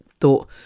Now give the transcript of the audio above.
thought